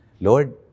Lord